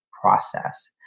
process